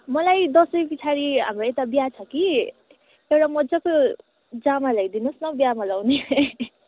मलाई दसैँ पछाडि हाम्रो यता बिहा छ कि एउडा मजाको जामा ल्याइदिनोस् न हौ बिहामा लाउने